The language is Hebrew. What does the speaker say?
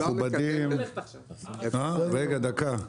רגע, דקה.